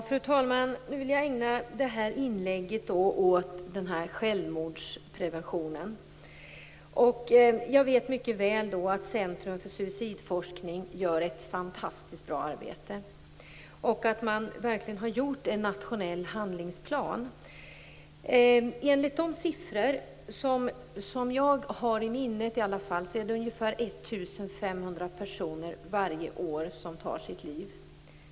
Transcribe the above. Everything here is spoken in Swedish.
Fru talman! Det här inlägget vill jag ägna åt självmordspreventionen. Jag vet mycket väl att Centrum för suicidforskning gör ett fantastiskt bra arbete och att man verkligen har gjort en nationell handlingsplan. Enligt de siffror som jag har i minnet är det ungefär 1 500 personer varje år som tar sitt liv.